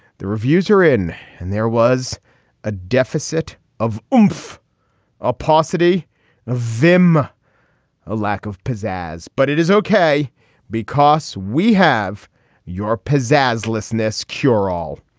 the reviews are in and there was a deficit of ah half a paucity of vim a lack of pizzazz. but it is ok because we have your pizzazz listen this cure all.